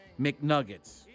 McNuggets